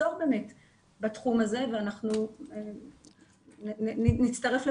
אם בדיון הספציפי כאן